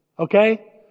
Okay